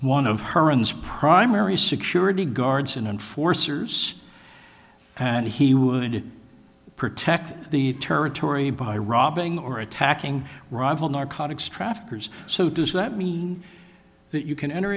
one of her in this primary security guards and forcers and he would protect the territory by robbing or attacking rival narcotics traffickers so does that mean that you can enter